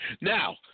Now